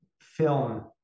film